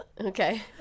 Okay